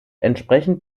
entsprechend